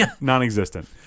Non-existent